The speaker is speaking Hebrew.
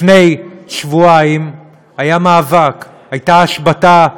לפני שבועיים היה מאבק, הייתה השבתה,